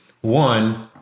One